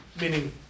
meaning